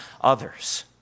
others